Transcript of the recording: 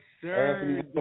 sir